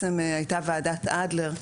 הייתה ועדת אדלר,